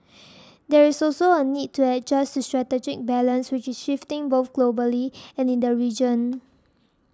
there is also a need to adjust to strategic balance which is shifting both globally and in the region